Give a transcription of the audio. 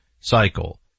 cycle